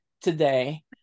today